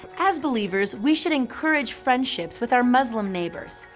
as believers we should encourage friendships with our muslim neighbors.